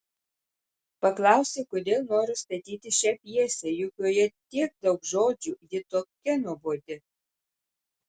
paklausė kodėl noriu statyti šią pjesę juk joje tiek daug žodžių ji tokia nuobodi